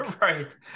Right